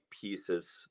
pieces